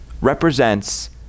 represents